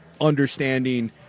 understanding